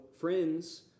friends